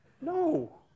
No